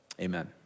amen